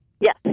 Yes